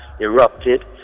erupted